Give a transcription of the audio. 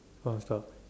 one stop